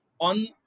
on